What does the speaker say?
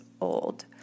old